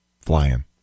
flying